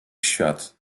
świat